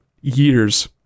years